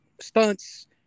stunts